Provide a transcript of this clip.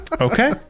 okay